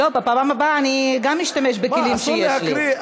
בפעם הבאה אני גם אשתמש בכלים שיש לי.